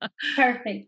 perfect